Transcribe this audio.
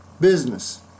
business